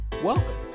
Welcome